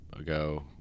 ago